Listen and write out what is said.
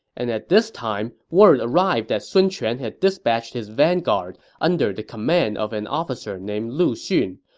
and at this time, word arrived that sun quan had dispatched his vanguard under the command of an officer named lu xun,